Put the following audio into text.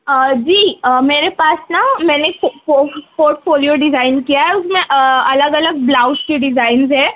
جی میرے پاس نا میں نے پورٹ فولیو ڈیزائن کیا ہے اس میں الگ الگ بلاؤز کے ڈیزائنز ہیں